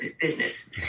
business